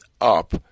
up